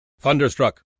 Thunderstruck